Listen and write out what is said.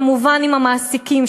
כמובן עם המעסיקים,